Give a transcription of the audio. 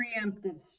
preemptive